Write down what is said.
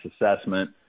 assessment